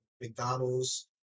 mcdonald's